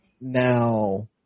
Now –